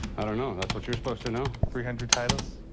i don't know and that's what you're supposed to know. three hundred titles.